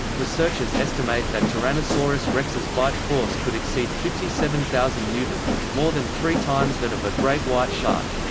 researchers estimate that tyrannosaurus rex's bite force could exceed fifty seven thousand newtons, more than three times that of a great white shark.